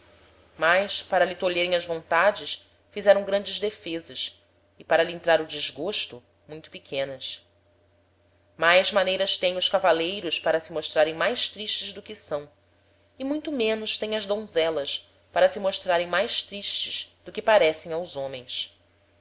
mas para lhe tolherem as vontades fizeram grandes defezas e para lhe entrar o desgosto muito pequenas mais maneiras teem os cavaleiros para se mostrarem mais tristes do que são e muito menos teem as donzelas para se mostrarem mais tristes do que parecem aos homens